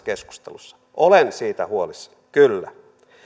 keskustelussa olen siitä huolissani kyllä